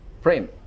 frame